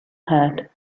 had